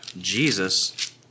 Jesus